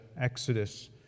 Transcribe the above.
Exodus